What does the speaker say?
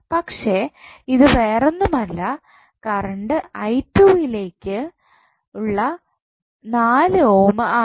പക്ഷേ ഇത് വേറൊന്നുമല്ല കറണ്ട് ലേക്കുള്ള 4 ഓം ആണ്